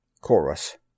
Chorus